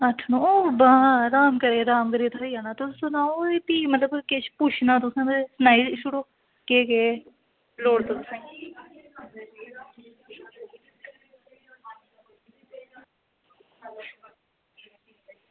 अट्ठ नौ ओह् बस अराम कन्नै थ्होई जाना तुस सनाओ ते किश पुच्छना तुसें ते सनाई ओड़ो केह् केह् लोड़ तुसें